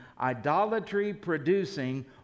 idolatry-producing